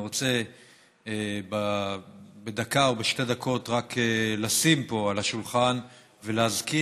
אני רוצה בדקה או בשתי דקות רק לשים פה על השולחן ולהזכיר